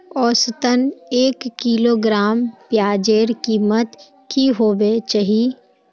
औसतन एक किलोग्राम प्याजेर कीमत की होबे चही?